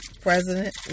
president